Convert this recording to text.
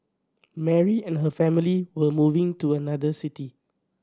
Mary and her family were moving to another city